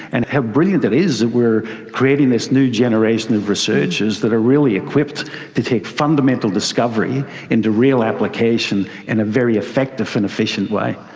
and how brilliant it is that we're creating this new generation of researchers that are really equipped to take fundamental discovery into real application in a very effective and efficient way.